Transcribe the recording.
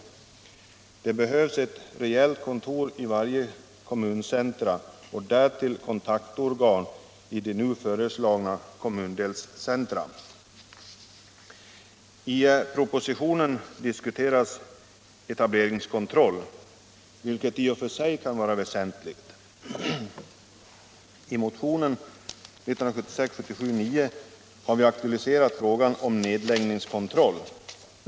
Det behövs ett rejält kontor i varje kommuncentrum och därtill kontaktorgan i de nu föreslagna kommundelscentra. I propositionen diskuteras etableringskontroll, vilket i och för sig kan vara väsentligt. I motionen 1976/77:9 har vi aktualiserat frågan om nedläggningskontroll.